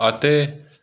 ਅਤੇ